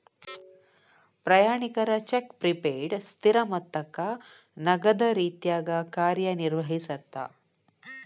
ಪ್ರಯಾಣಿಕರ cheque prepaid ಸ್ಥಿರ ಮೊತ್ತಕ್ಕ ನಗದ ರೇತ್ಯಾಗ ಕಾರ್ಯನಿರ್ವಹಿಸತ್ತ